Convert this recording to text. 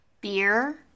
Beer